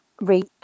reach